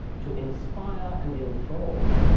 to inspire and enthrall,